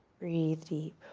breathe deep.